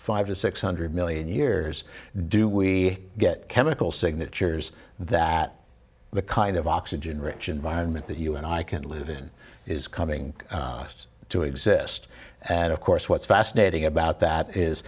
five or six hundred million years do we get chemical signatures that the kind of oxygen rich environment that you and i can live in is coming just to exist and of course what's fascinating about that is